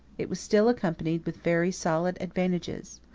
it was still accompanied with very solid advantages.